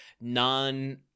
non